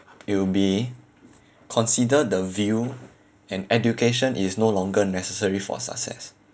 it'll be consider the view and education is no longer necessary for success